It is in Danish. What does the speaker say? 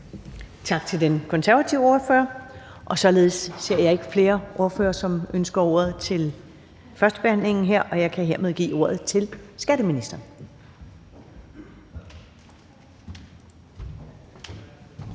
Tak til den konservative ordfører. Jeg ser ikke flere ordførere, som ønsker ordet til førstebehandlingen her, og jeg således give ordet til skatteministeren.